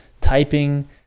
typing